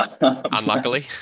Unluckily